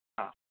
ह